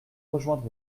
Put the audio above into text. rejoindre